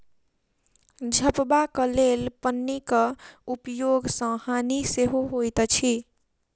झपबाक लेल पन्नीक उपयोग सॅ हानि सेहो होइत अछि